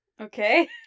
Okay